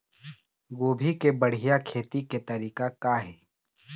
गोभी के बढ़िया खेती के तरीका का हे?